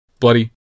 bloody